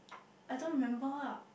I don't remember lah